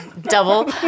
double